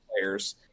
players